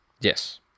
Yes